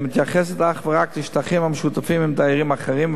אלא מתייחסת אך ורק לשטחים המשותפים עם דיירים אחרים,